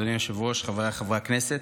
אדוני היושב-ראש, חבריי חברי הכנסת,